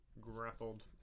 grappled